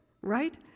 right